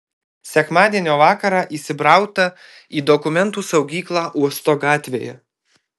sekmadienio vakarą įsibrauta į dokumentų saugyklą uosto gatvėje